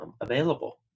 available